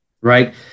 right